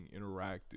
interactive